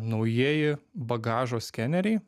naujieji bagažo skeneriai